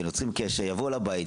יוצרים קשר יבואו לבית,